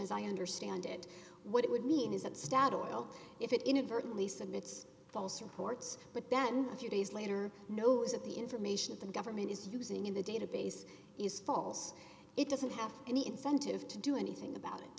as i understand it what it would mean is that stadol if it inadvertently submits false reports but then a few days later knows that the information of the government is using in the database is false it doesn't have any incentive to do anything about it